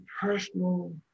personal